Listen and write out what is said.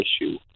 issue